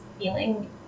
feeling